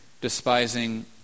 despising